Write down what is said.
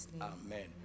Amen